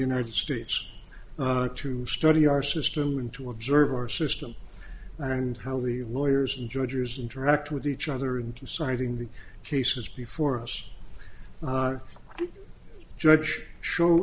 united states to study our system and to observe our system and how the lawyers and judges interact with each other and deciding the cases before us judge show